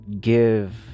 give